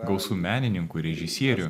gausu menininkų režisierių